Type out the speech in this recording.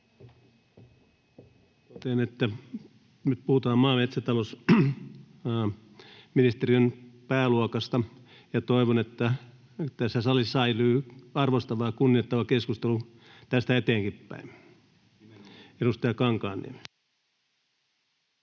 nyt puhutaan maa- ja metsäta-lousministeriön pääluokasta, ja toivon, että tässä salissa säilyy arvostava ja kunnioittava keskustelu tästä eteenkin päin. [Hannu